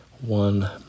One